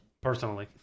Personally